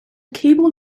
cable